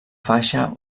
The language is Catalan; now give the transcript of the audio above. faixa